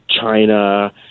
China